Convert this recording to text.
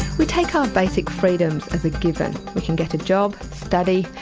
we take our basic freedoms as a given. we can get a job, study,